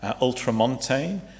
ultramontane